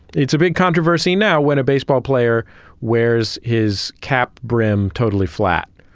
it's a big controversy now when a baseball player wears his cap brim totally flat,